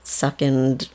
second